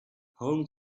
home